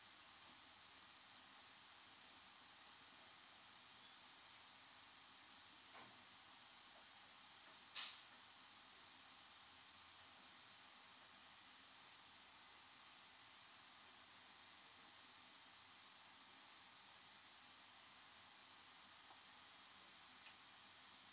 mm